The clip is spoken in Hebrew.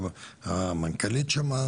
גם המנכ"לית שמעה